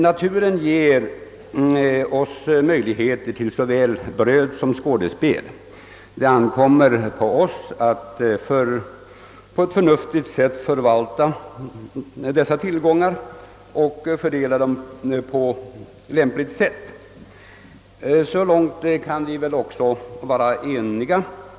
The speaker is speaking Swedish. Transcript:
Naturen ger oss möjligheter till såväl bröd som skådespel men det ankommer på oss själva att förvalta och fördela dessa tillgångar på ett förnuftigt och lämpligt sätt. Så långt kan herr Nilsson i Agnäs och jag vara eniga.